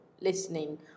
listening